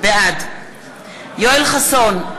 בעד יואל חסון,